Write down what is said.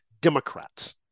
Democrats